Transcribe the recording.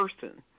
person